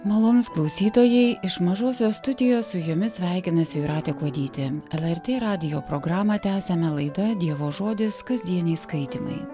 malonūs klausytojai iš mažosios studijos su jumis sveikinasi jūratė kuodytė lrt radijo programą tęsiame laida dievo žodis kasdieniai skaitymai